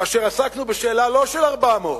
כאשר עסקנו בשאלה לא של 400,